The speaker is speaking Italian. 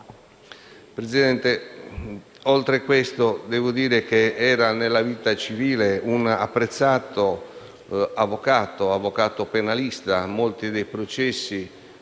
Presidente, oltre a questo, devo dire che nella vita civile era un apprezzato avvocato penalista. Molti dei processi,